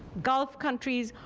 gulf countries,